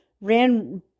ran